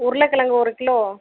உருளைகிழங்கு ஒரு கிலோ